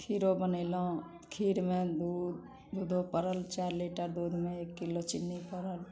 खीरो बनेलहुँ खीरमे दूध दूधो पड़ल चारि लीटर दूधमे एक किलो चीनी पड़ल